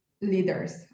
leaders